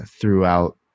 throughout